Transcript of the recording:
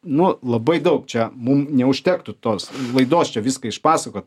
nu labai daug čia mum neužtektų tos laidos čia viską išpasako